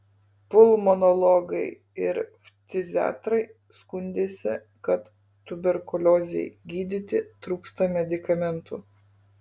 pulmonologai ir ftiziatrai skundėsi kad tuberkuliozei gydyti trūksta medikamentų